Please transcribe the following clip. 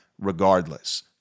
regardless